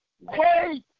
Wait